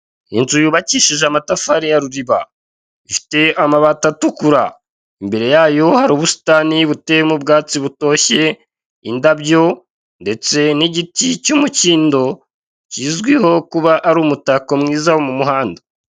Inzu yubakishije amatafari ya rurima ifite amabati atukura, imbere yayo hari ubusitani buteyemo ubwatsi butoshye indabyo ndetse n'igiti cy'umukindo kizwiho kuba ari umutako mwiza wo mu muhanda.